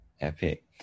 Epic